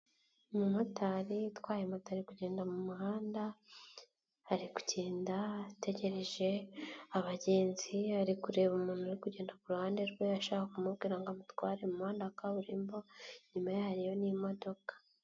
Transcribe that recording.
Umumotari atwaye motari kugenda mu muhanda, ari kugenda ategereje abagenzi, ari kureba umuntu uri kugenda ku ruhande rwe ashaka kumubwira ngo aze amutware mu muhanda wa kaburimbo, inyuma ye hari n'imodoka.